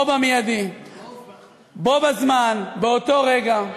מייד, בו-בזמן, באותו הרגע.